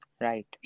Right